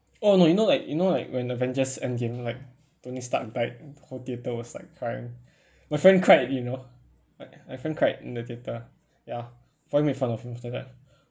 oh no you know like you know like when avengers endgame like tony stark died whole theater was like crying my friend cried you know like my friend cried in the theater ya fun made fun of him after that